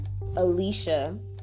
Alicia